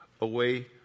away